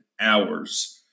hours